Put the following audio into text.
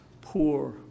poor